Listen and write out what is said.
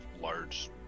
large